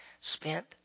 spent